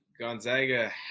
Gonzaga